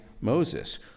Moses